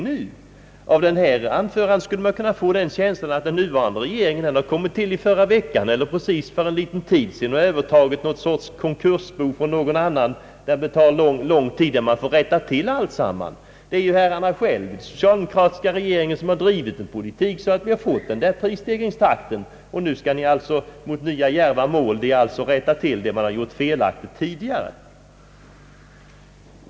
Av statsrådet Wickmans anförande skulle man kunna få den känslan att den nuvarande regeringen har tillkommit i förra veckan eller att den för en kort tid sedan övertagit någon sorts konkursbo från någon annan, där det tar lång tid att rätta till alltsammans. Det är dock herrarna själva i den socialdemokratiska regeringen som har drivit en sådan politik att vi har fått denna prisstegringstakt. Nu skall ni alitså fortsätta mot nya djärva mål, d. v. s. rätta till det som ni tidigare har gjort felaktigt.